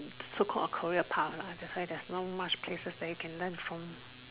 so called a career path lah so there's not much place that you can learn from